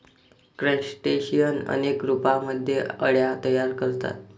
crustacean अनेक रूपांमध्ये अळ्या तयार करतात